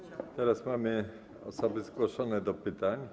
Teraz mamy osoby zgłoszone do pytań.